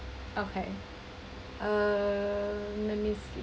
okay uh let me see